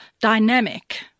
dynamic